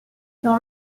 dans